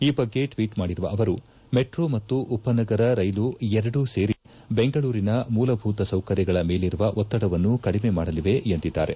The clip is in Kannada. ಈ ಬಗ್ಗೆ ಟ್ವೀಟ್ ಮಾಡಿರುವ ಅವರು ಮೆಟ್ರೋ ಮತ್ತು ಉಪನಗರ ರೈಲುಗಳು ಎರಡು ಸೇರಿ ಬೆಂಗಳೂರಿನ ಮೂಲಭೂತ ಸೌಕರ್ಯಗಳ ಮೇಲಿರುವ ಒತ್ತಡವನ್ನು ಕಡಿಮೆ ಮಾಡಲಿದೆ ಎಂದಿದ್ದಾರೆ